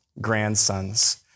grandsons